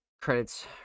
Credits